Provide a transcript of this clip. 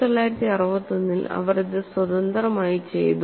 1961 ൽ അവർ ഇത് സ്വതന്ത്രമായി ചെയ്തു